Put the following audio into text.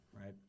right